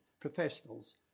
professionals